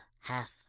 Half